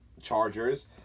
Chargers